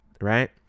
right